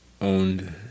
owned